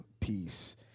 peace